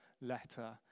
letter